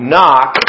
Knock